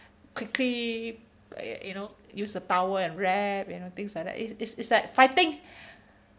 quickly like you know use a towel and wrap you know things like that it's it's like fighting